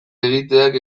egiteak